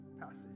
passage